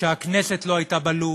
שהכנסת לא הייתה בלופ,